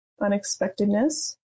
Unexpectedness